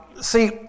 See